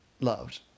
loved